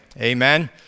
Amen